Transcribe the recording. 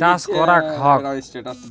চাষ করাক হয়ক